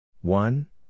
one